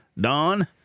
Don